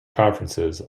conferences